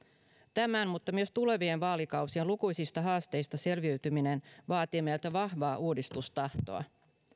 tämän mutta myös tulevien vaalikausien lukuisista haasteista selviytyminen vaatii meiltä vahvaa uudistustahtoa